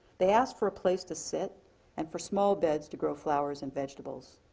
they asked for a place to sit and for small beds to grow flowers and vegetables.